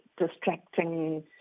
distracting